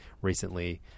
recently